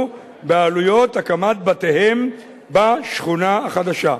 בעלויות הקמת בתיהם בשכונה החדשה".